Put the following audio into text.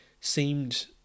seemed